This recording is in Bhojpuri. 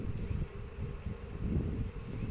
अधिक खाद क प्रयोग कहला से खेती पर का प्रभाव पड़ेला?